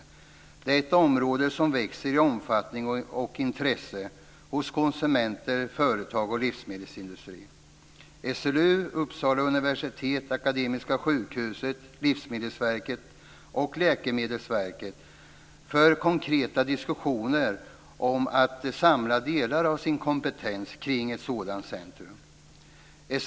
Detta är ett område som växer i omfattning och intresse hos konsumenter, företag och livsmedelsindustri. Livsmedelsverket och Läkemedelsverket för konkreta diskussioner om att samla delar av sin kompetens kring ett sådant centrum.